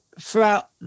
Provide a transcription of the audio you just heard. Throughout